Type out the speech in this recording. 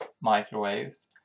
microwaves